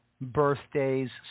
birthdays